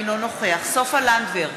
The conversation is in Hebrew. אינו נוכח סופה לנדבר,